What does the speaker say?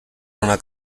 una